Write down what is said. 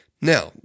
Now